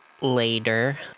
later